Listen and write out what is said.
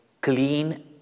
clean